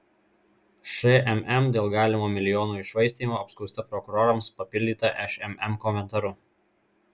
šmm dėl galimo milijonų iššvaistymo apskųsta prokurorams papildyta šmm komentaru